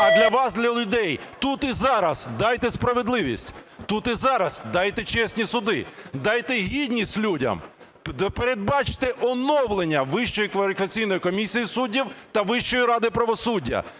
а для вас, для людей. Тут і зараз дайте справедливість, тут і зараз дайте чесні суди, дайте гідність людям, передбачте оновлення Вищої кваліфікаційної комісії суддів та Вищої ради правосуддя.